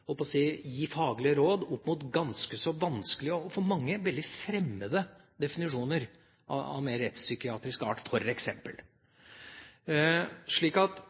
på å si – gi faglige råd med tanke på ganske vanskelige og for mange veldig fremmede definisjoner av mer rettspsykiatrisk art,